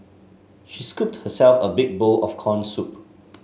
she scooped herself a big bowl of corn soup